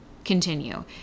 continue